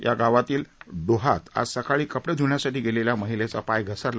या गावातील डोहात आज सकाळी कपडे ध्रूण्यासाठी गेलेल्या या महिलेचा पाय घसरला